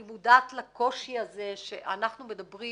אני מודעת לקושי הזה שאנחנו מדברים